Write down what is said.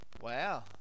Wow